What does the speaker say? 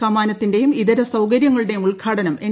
കമാനത്തിന്റെയും ഇതര സൌകര്യങ്ങളുടെയും ഉദ്ഘാടനം എൻ